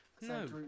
no